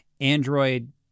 Android